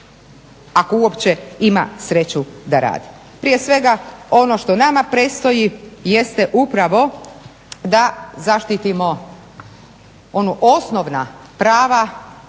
ako uopće ima sreću da radi. Prije svega, ono što nama predstoji jeste upravo da zaštitimo osnovna prava,